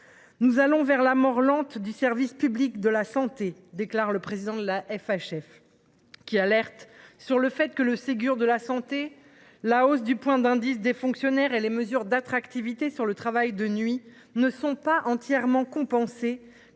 Nous allons vers la mort lente du service public de santé », déclare le président de la FHF en lançant l’alerte : le Ségur de la santé, la hausse du point d’indice des fonctionnaires et les mesures d’attractivité relatives au travail de nuit ne sont pas entièrement compensés.